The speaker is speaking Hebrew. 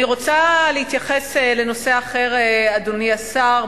אני רוצה להתייחס לנושא אחר, אדוני השר.